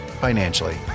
financially